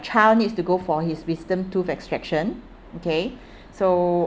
child needs to go for his wisdom tooth extraction okay so